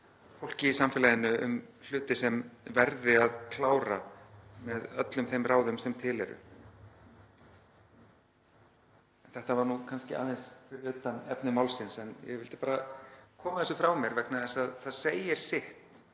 fólki í samfélaginu um hluti sem verði að klára með öllum þeim ráðum sem til eru. Þetta var nú kannski aðeins utan efnis málsins en ég vildi bara koma þessu frá mér vegna þess að það segir sitt